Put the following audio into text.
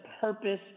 purpose